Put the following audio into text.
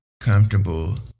comfortable